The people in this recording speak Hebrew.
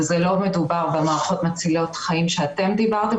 וזה לא מדובר במערכות מצילות חיים שאתם דיברתם.